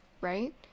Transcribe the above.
right